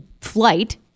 flight